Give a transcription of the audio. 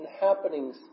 happenings